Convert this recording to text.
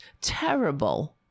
terrible